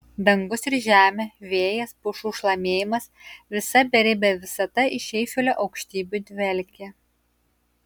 dangus ir žemė vėjas pušų šlamėjimas visa beribė visata iš eifelio aukštybių dvelkė